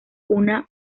una